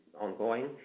ongoing